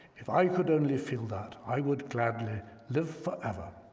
if i could only feel that, i would gladly live forever.